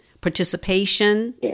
participation